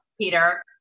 Peter